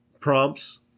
prompts